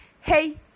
hey